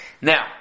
Now